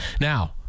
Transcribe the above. now